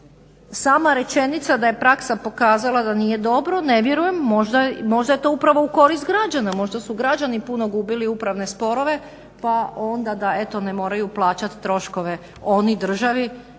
Sama rečenica da je praksa pokazala da nije dobro ne vjerujem, možda je to upravo u korist građana. Možda su građani puno gubili upravne sporove pa onda da eto ne moraju plaćati troškove oni državi,